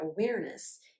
awareness